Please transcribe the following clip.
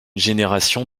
génération